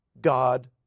God